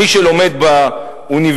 מי שלומד באוניברסיטה,